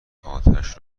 اتش